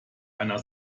einer